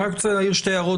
אני רק רוצה להעיר שתי הערות